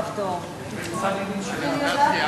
הכפתור הוא מצד ימין שלך.